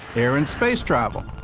air and space travel,